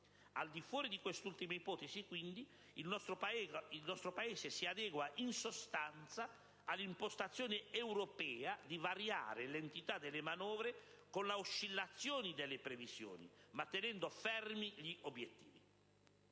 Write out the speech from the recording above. Al di fuori di quest'ultima ipotesi, quindi, il nostro Paese si adegua in sostanza all'impostazione europea di variare l'entità delle manovre con oscillazioni delle previsioni, ma tenendo fermi gli obiettivi.